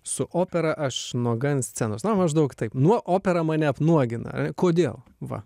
su opera aš nuoga ant scenos na maždaug taip nu opera mane apnuogina kodėl va